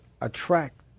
attract